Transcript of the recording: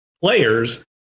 players